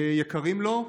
יקרה לו.